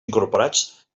incorporats